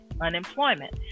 unemployment